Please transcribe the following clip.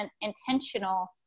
intentional